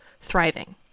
thriving